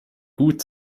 gut